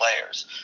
players